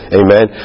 amen